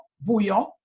bouillon